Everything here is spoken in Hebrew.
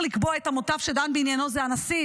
לקבוע את המוטב שדן בעניינו זה הנשיא.